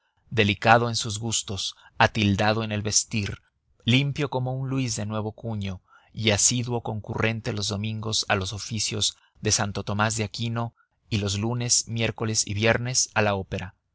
delicado en sus gustos atildado en el vestir limpio como un luis de nuevo cuño y asiduo concurrente los domingos a los oficios de santo tomás de aquino y los lunes miércoles y viernes a la opera